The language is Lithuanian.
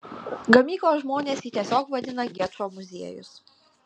gamyklos žmonės jį tiesiog vadina gečo muziejus